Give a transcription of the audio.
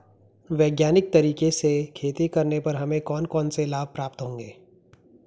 वैज्ञानिक तरीके से खेती करने पर हमें कौन कौन से लाभ प्राप्त होंगे?